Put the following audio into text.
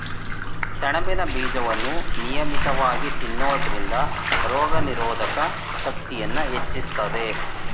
ಸೆಣಬಿನ ಬೀಜವನ್ನು ನಿಯಮಿತವಾಗಿ ತಿನ್ನೋದ್ರಿಂದ ರೋಗನಿರೋಧಕ ಶಕ್ತಿಯನ್ನೂ ಹೆಚ್ಚಿಸ್ತದೆ